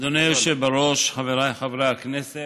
היושב בראש, חבריי חברי הכנסת,